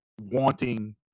wanting